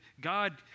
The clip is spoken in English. God